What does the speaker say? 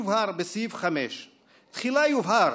בסעיף 5 נאמר: תחילה יובהר